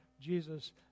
Jesus